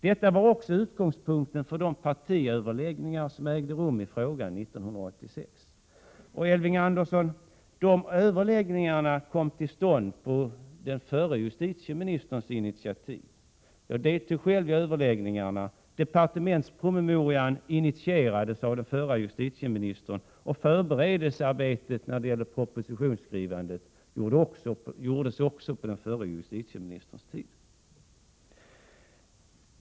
Detta var också utgångspunkten för de partiöverläggningar i frågan som ägde rum 1986. Och de överläggningarna kom till stånd på den förre justitieministerns initiativ, Elving Andersson. Jag deltog själv i överläggningarna. Departementspromemorians inriktning och förberedelsearbetet när det gällde propositionsskrivandet gjordes också på den förre justitieministerns tid.